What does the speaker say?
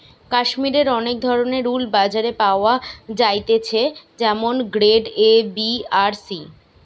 কাশ্মীরের অনেক ধরণের উল বাজারে পাওয়া যাইতেছে যেমন গ্রেড এ, বি আর সি